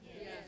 Yes